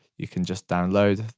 you can just download.